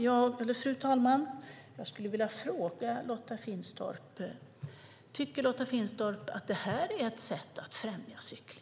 Jag skulle vilja ställa en fråga till Lotta Finstorp. Tycker Lotta Finstorp att det här är ett sätt att främja cyklingen?